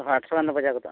ᱟᱴᱥᱚ ᱜᱟᱱ ᱫᱚ ᱵᱟᱡᱟᱣ ᱜᱚᱫᱚᱜᱼᱟ